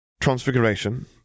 Transfiguration